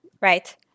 right